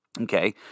Okay